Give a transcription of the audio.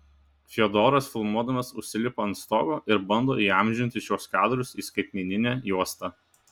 fiodoras filmuodamas užsilipa ant stogo ir bando įamžinti šiuos kadrus į skaitmeninę juostą